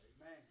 amen